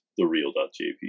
thereal.jp